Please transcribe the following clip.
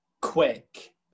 quick